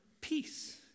peace